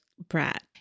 Brat